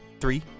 three